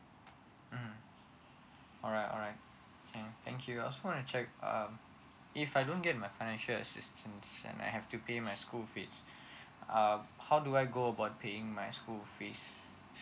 mm alright alright can thank you I just wanna check um if I don't get my financial assistance and I have to pay my school fees uh how do I go about paying my school fees